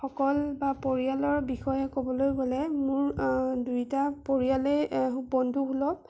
সকল বা পৰিয়ালৰ বিষয়ে ক'বলৈ গ'লে মোৰ দুইটা পৰিয়ালেই বন্ধুসুলভ